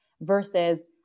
versus